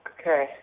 Okay